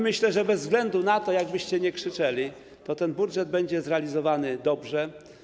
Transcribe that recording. Myślę, że bez względu na to, jak byście krzyczeli, ten budżet będzie zrealizowany dobrze.